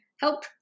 help